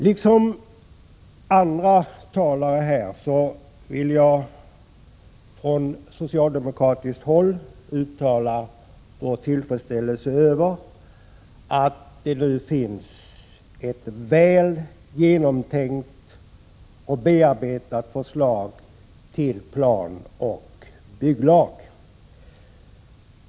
Liksom andra talare här vill jag — från socialdemokratiskt håll — uttala vår tillfredsställelse över att det nu finns ett väl genomtänkt och bearbetat förslag till planoch bygglag.